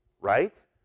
right